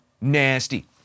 nasty